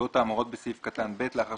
בנסיבות האמורות בסעיף קטן (ב) לאחר